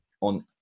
on